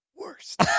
worst